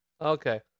Okay